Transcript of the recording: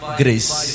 grace